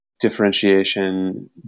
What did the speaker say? differentiation